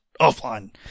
offline